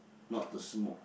not to smoke